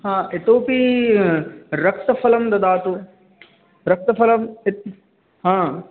इतोऽपि रक्तफलं ददातु रक्तफलं यत्